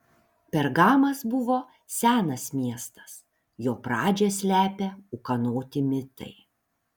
pergamas buvo senas miestas jo pradžią slepia ūkanoti mitai